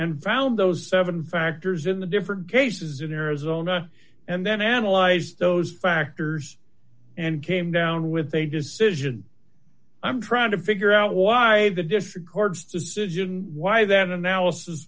and found those seven factors in the different cases in arizona and then analyzed those factors and came down with a decision i'm trying to figure out why the district court's decision why that analysis